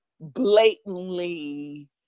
blatantly